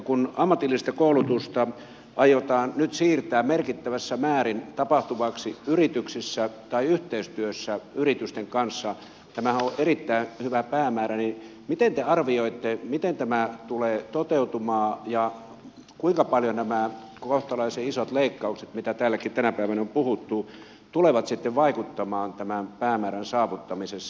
kun ammatillista koulutusta aiotaan nyt siirtää merkittävässä määrin tapahtuvaksi yrityksissä tai yhteistyössä yritysten kanssa tämähän on erittäin hyvä päämäärä miten te arvioitte että tämä tulee toteutumaan ja kuinka paljon nämä kohtalaisen isot leikkaukset mistä täälläkin tänä päivänä on puhuttu tulevat sitten vaikuttamaan tämän päämäärän saavuttamisessa